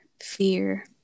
fear